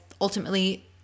ultimately